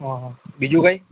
હ બીજું કાંઈ